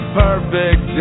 perfect